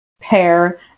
pair